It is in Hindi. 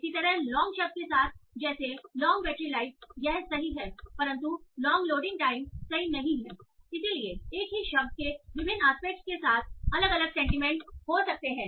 इसी तरह लॉन्ग शब्द के साथ जैसे लॉन्ग बैटरी लाइफ यह सही है परंतु लोंग लोडिंग टाइम सही नहीं है इसलिए एक ही शब्द के विभिन्न आस्पेक्ट के साथ अलग अलग सेंटीमेंट हो सकते हैं